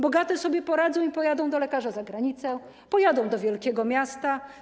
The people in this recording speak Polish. Bogate sobie poradzą i pojadą do lekarza za granicę, pojadą do wielkiego miasta.